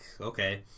Okay